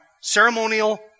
Ceremonial